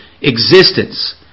Existence